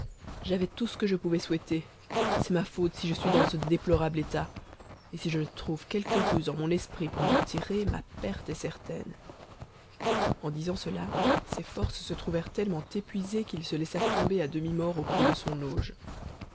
j'avais tout ce que je pouvais souhaiter c'est ma faute si je suis dans ce déplorable état et si je ne trouve quelque ruse en mon esprit pour m'en tirer ma perte est certaine en disant cela ses forces se trouvèrent tellement épuisées qu'il se laissa tomber à demi mort au pied de son auge